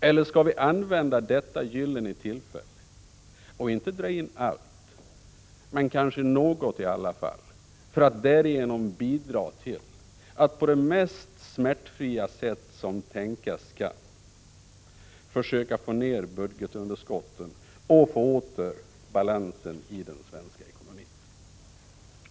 Eller skall vi använda detta gyllene tillfälle till att dra in, inte allt, men kanske något i alla fall för att därigenom bidra till att på det mest smärtfria sätt som tänkas kan försöka få ned budgetunderskottet och återfå balansen i den svenska ekonomin?